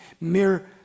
mere